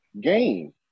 game